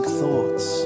thoughts